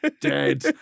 Dead